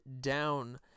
down